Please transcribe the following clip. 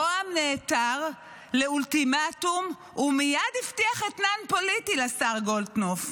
ראש הממשלה נעתר לאולטימטום ומייד הבטיח אתנן פוליטי לשר גולדקנופ: